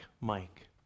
Mike